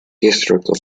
historical